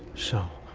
so,